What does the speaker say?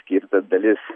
skirta dalis